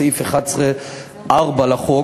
בסעיף 11(4) לחוק,